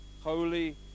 holy